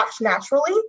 naturally